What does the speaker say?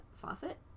faucet